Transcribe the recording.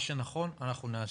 מה שנכון, אנחנו נעשה.